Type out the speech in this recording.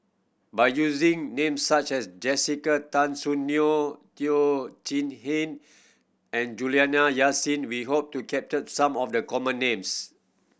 by using names such as Jessica Tan Soon Neo Teo Chee Hean and Juliana Yasin we hope to capture some of the common names